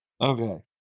okay